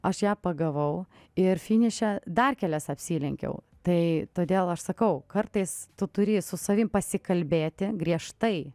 aš ją pagavau ir finiše dar kelias apsilenkiau tai todėl aš sakau kartais tu turi su savim pasikalbėti griežtai